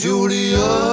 Julia